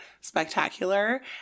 spectacular